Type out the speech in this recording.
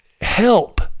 help